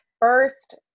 first